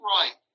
right